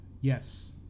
Yes